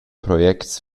project